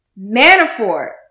Manafort